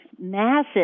massive